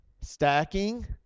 Stacking